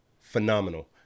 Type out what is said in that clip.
phenomenal